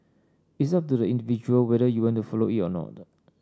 it's up to the individual whether you want to follow it or not